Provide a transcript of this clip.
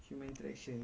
mm betul tu